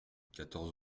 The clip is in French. quatorze